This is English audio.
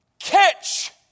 Catch